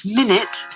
minute